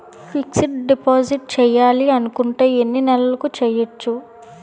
Fixed deposit చేయాలి అనుకుంటే ఎన్నే నెలలకు చేయొచ్చు?